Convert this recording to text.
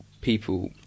people